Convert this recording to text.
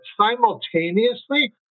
simultaneously